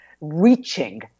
Reaching